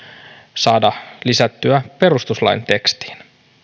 saada lisättyä perustuslain tekstiin